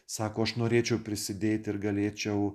sako aš norėčiau prisidėti ar galėčiau